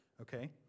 Okay